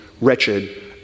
wretched